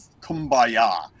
kumbaya